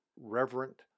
reverent